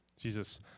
Jesus